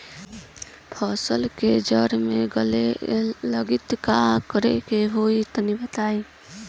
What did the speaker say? फसल के जड़ गले लागि त का करेके होई तनि बताई?